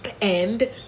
and